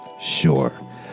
Sure